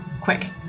quick